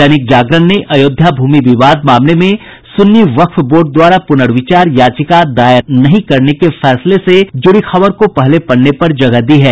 दैनिक जागरण ने अयोध्या भूमि विवाद मामले में सुन्नी वक्फ बोर्ड द्वारा पुनर्विचार याचिका दायर नहीं करने के फैसले से जुड़ी खबर को पहले पन्ने पर जगह दी है